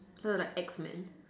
her like X men